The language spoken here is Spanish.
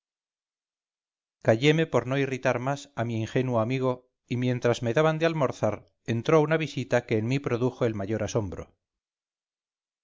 vagabunda calleme por no irritar más a mi ingenuo amigo y mientras me daban de almorzar entró una visita que en mí produjo el mayor asombro